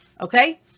Okay